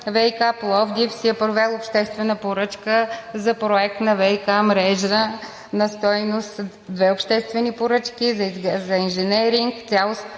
ВиК – Пловдив, е провел обществена поръчка за Проект на ВиК мрежа на стойност две обществени поръчки за инженеринг.